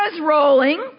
rolling